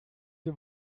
the